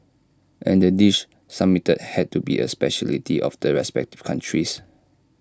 and the dish submitted had to be A speciality of the respective countries